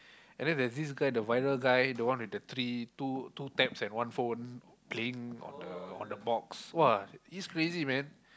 and then there's this guy the viral guy the one with the three two two tabs and one phone playing on the on the box !wah! he's crazy man